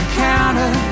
counter